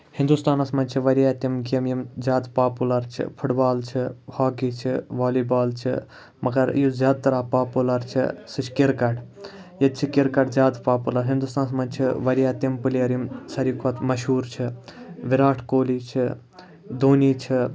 ہِندوستانَس منٛز چھِ واریاہ تِم گیمہٕ یِم پاپوٗلر چھِ فُٹ بال چھِ ہاکی چھِ ولی بال چھِ مَگر یُس زیادٕ تر پاپوٗلر چھِ سُہ چھُ کِرکَٹ ییٚتہِ چھُ کِرکٹ زیادٕ پاپوٗلر ہِندوستانَس منٛز چھِ واریاہ تِم پِلیر یِم ساروی کھۄتہٕ مَشہوٗر چھِ وِراٹھ کوہلی چھُ دونی چھُ